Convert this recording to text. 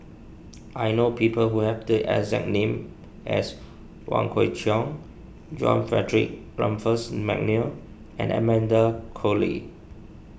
I know people who have the exact name as Wong Kwei Cheong John Frederick McNair and Amanda Koe Lee